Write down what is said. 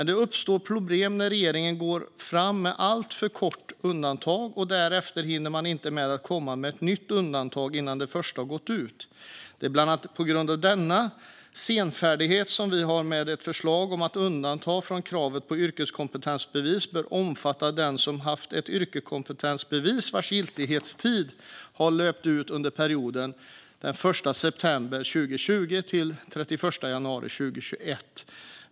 Det uppstår dock problem när regeringen går fram med ett alltför kort undantag, och därefter hinner man inte med att komma med ett nytt undantag innan det första har gått ut. Det är bland annat på grund av denna senfärdighet som vi har med ett förslag om att ett undantag från kravet på yrkeskompetensbevis bör omfatta den som haft ett yrkeskompetensbevis vars giltighetstid har löpt ut under perioden den 1 september 2020-31 januari 2021.